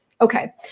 okay